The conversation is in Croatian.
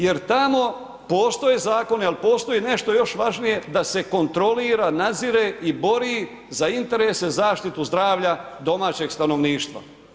Jer tamo postoje zakoni, ali postoji nešto još važnije, da se kontrolira, nadzire i bori za interese, zaštitu zdravlja domaćeg stanovništva.